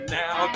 now